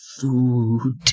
food